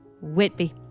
Whitby